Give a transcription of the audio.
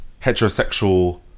heterosexual